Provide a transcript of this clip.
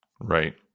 right